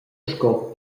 sco